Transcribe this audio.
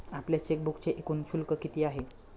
आपल्या चेकबुकचे एकूण शुल्क किती आहे?